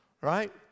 Right